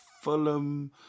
Fulham